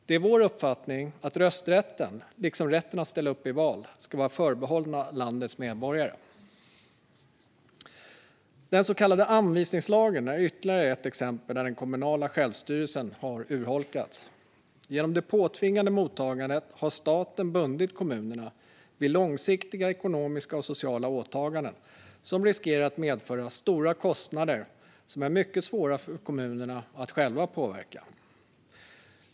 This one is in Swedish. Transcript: Det är vår uppfattning att rösträtten, liksom rätten att ställa upp i val, ska vara förbehållen landets medborgare. Den så kallade anvisningslagen är ytterligare ett exempel där den kommunala självstyrelsen har urholkats. Genom det påtvingade mottagandet har staten bundit kommunerna vid långsiktiga ekonomiska och sociala åtaganden som riskerar att medföra stora kostnader som är mycket svåra för kommunerna att själva påverka.